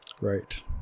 Right